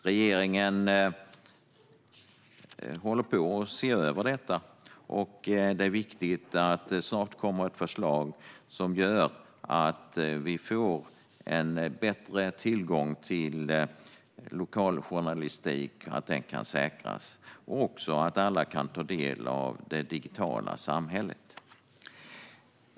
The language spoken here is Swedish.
Regeringen håller på att se över detta, och det är viktigt att det snart kommer ett förslag som gör att bättre tillgång till lokaljournalistik kan säkras och att alla kan ta del av det digitala samhället.